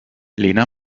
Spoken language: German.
lena